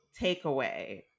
takeaway